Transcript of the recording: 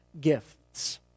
gifts